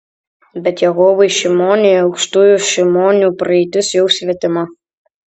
bet jokūbui šimoniui aukštųjų šimonių praeitis jau svetima